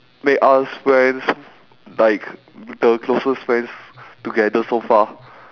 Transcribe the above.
make us friends like the closest friends together so far